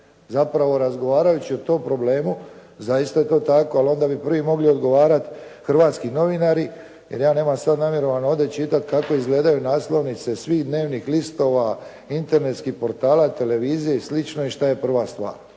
Zapravo razgovarajući o tom problemu zaista je to tako, ali onda bi prvi mogli odgovarati hrvatski novinari, jer ja nemam sada namjeru vam ovdje čitati kako izgledaju naslovnice svih dnevnih listova, internetskih portala, televizije, sl. i šta je prva stvar.